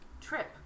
Trip